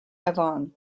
avon